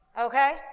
Okay